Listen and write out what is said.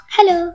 Hello